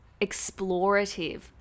explorative